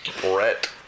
Brett